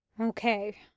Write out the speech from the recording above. okay